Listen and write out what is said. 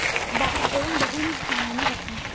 बह एवं बहूनि स्थानानि वर्तन्ते